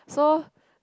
so